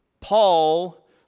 Paul